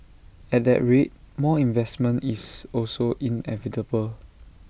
at that rate more investment is also inevitable